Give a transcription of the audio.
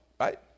Right